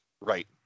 Right